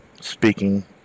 speaking